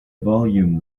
volume